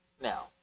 now